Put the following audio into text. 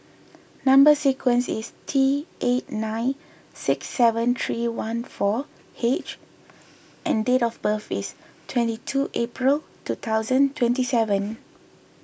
Number Sequence is T eight nine six seven three one four H and date of birth is twenty two April two thousand twenty seven